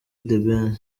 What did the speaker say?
ben